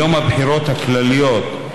ביום הבחירות הכלליות,